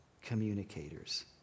Communicators